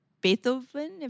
Beethoven